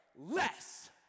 less